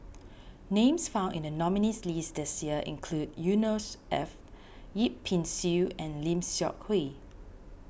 names found in the nominees' list this year include Yusnor Ef Yip Pin Xiu and Lim Seok Hui